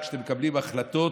כשאתם מקבלים החלטות,